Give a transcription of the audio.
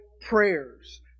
prayers